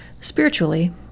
Spiritually